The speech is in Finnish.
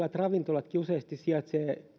että ravintolatkin useasti sijaitsevat